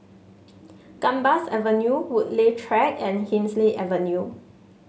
Gambas Avenue Woodleigh Track and Hemsley Avenue